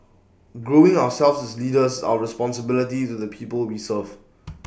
growing ourselves as leaders is our responsibility to the people we serve